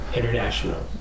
International